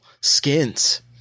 skins